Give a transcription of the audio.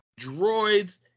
droids